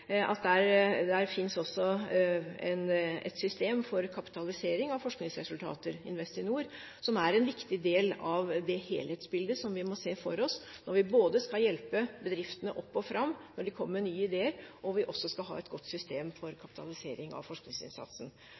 en viktig del av det helhetsbildet som vi må se for oss når vi både skal hjelpe bedriftene opp og fram når de kommer med nye ideer, og også ha et godt system for kapitalisering av forskningsinnsatsen.